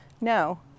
No